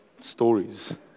stories